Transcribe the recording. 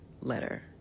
letter